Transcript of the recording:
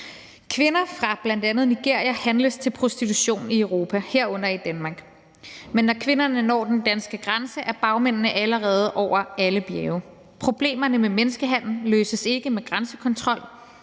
Kvinder fra bl.a. Nigeria handles til prostitution i Europa, herunder i Danmark, men når kvinderne når den danske grænse, er bagmændene allerede over alle bjerge. Problemerne med menneskehandel løses ikke med grænsekontrol,